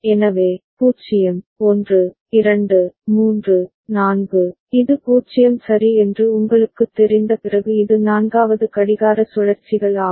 எனவே 0 1 2 3 4 இது 0 சரி என்று உங்களுக்குத் தெரிந்த பிறகு இது நான்காவது கடிகார சுழற்சிகள் ஆகும்